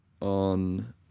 on